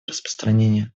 распространения